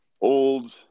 old